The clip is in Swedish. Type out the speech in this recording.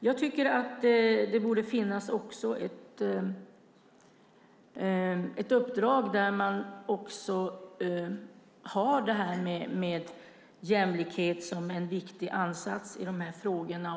Det borde även finnas ett uppdrag där man har jämlikhet som en viktig ansats i dessa frågor.